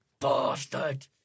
bastard